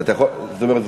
זאת אומרת,